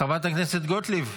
חברת הכנסת גוטליב,